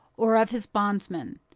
or of his bondsman.